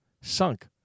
Sunk